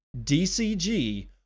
DCG